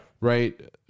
Right